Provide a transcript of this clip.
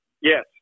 Yes